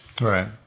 right